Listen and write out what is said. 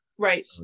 Right